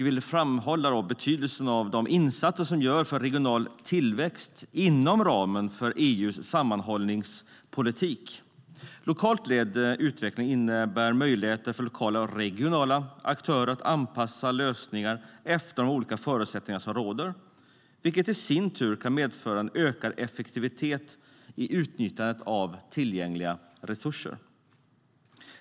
Jag framhåller betydelsen av de insatser som görs för regional tillväxt inom ramen för EU:s sammanhållningspolitik. Lokalt ledd utveckling innebär möjligheter för lokala och regionala aktörer att anpassa lösningar efter de olika förutsättningar som råder, vilket i sin tur kan medföra en ökad effektivitet i utnyttjandet av tillgängliga resurser.